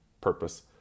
purpose